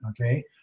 Okay